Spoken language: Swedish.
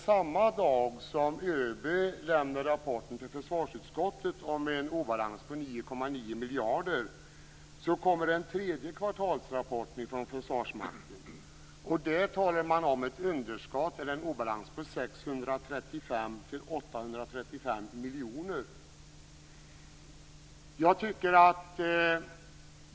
Samma dag som ÖB lämnar rapporten till försvarsutskott om en obalans på 9,9 miljarder kommer en tredje kvartalsrapport från Försvarsmakten. Där talar man om en obalans på mellan 635 och 835 miljoner.